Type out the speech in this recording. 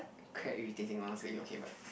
quite irritating honestly okay but